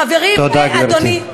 חברים, תודה, גברתי.